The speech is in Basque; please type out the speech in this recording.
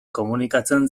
komunikatzen